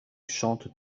chante